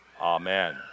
Amen